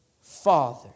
Father